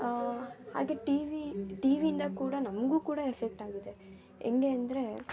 ಹಾಗೆ ಟಿವಿ ಟಿವಿಯಿಂದ ಕೂಡ ನಮಗೂ ಕೂಡ ಎಫ್ಫೆಕ್ಟಾಗುತ್ತೆ ಹೆಂಗೆ ಅಂದರೆ